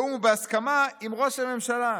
בתיאום ובהסכמה עם ראש הממשלה".